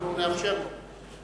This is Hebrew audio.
אנחנו נאפשר לו.